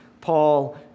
Paul